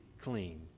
clean